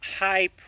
high